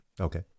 okay